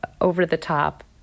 over-the-top